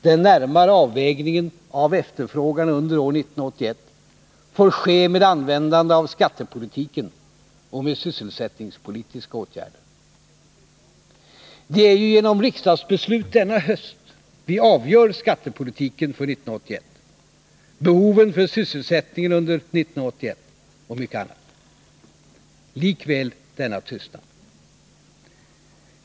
”Den närmare avvägningen av efterfrågan under år 1981 får ske med användande av skattepolitiken och med sysselsättningspolitiska åtgärder.” Det är ju genom riksdagsbeslut denna höst vi avgör skattepolitiken för 1981, behoven för sysselsättningen under 1981 och mycket annat — likväl denna tystnad.